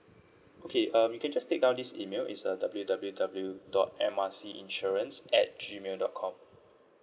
okay um you can just take down this email is uh W_W_W dot M R C insurance at gmail dot com